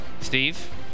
Steve